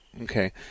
Okay